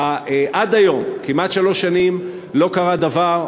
עד היום, כמעט שלוש שנים, לא קרה דבר.